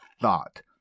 thought